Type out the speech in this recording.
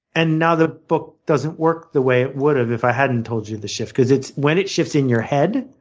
and now the book doesn't work the way it would have if i hadn't told you the shift. because when it shifts in your head,